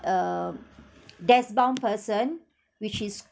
a desk bound person which is